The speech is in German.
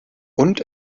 und